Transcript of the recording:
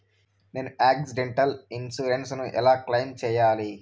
నేను accidental insurance ను ఎలా క్లెయిమ్ సేయాలి?